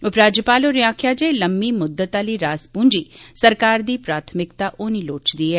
उपराज्यपाल होरें आखेआ जे लम्मी म्द्वत आहली रास पूंजी सरकार दी प्राथमिकता होनी लोड़चदी ऐ